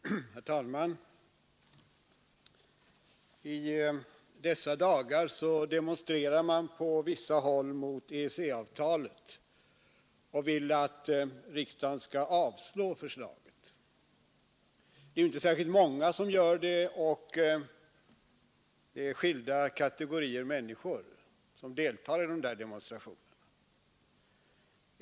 Herr talman! I dessa dagar demonstrerar man på vissa håll mot EEC-avtalet och vill att riksdagen skall avslå förslaget. Det är inte särskilt många som gör det, och det är skilda kategorier människor som deltar i demonstrationerna.